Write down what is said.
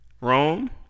Rome